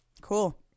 Cool